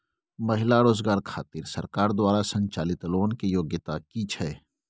महिला रोजगार खातिर सरकार द्वारा संचालित लोन के योग्यता कि छै?